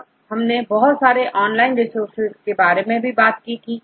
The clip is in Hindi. तो हमने बहुत सारे ऑनलाइन रिसोर्सेज के बारे में बात की थी